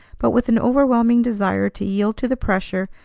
but with an overwhelming desire to yield to the pressure,